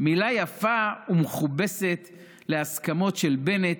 מילה יפה ומכובסת להסכמות של בנט,